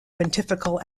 pontifical